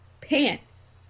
pants